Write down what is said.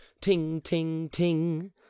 ting-ting-ting